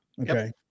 Okay